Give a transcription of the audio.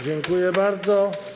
Dziękuję bardzo.